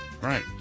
Right